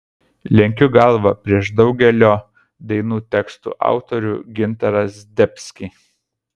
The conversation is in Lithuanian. lenkiu galvą prieš daugelio dainų tekstų autorių gintarą zdebskį